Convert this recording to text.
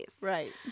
Right